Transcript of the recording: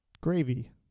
gravy